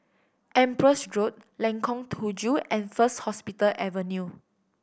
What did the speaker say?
Empress Road Lengkong Tujuh and First Hospital Avenue